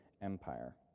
Empire